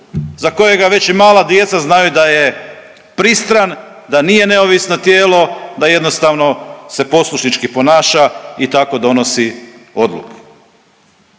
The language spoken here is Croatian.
za kojega već i mala djeca znaju da je pristran, da nije neovisno tijelo, da jednostavno se poslušnički ponaša i tako donosi odluke.